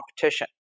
competition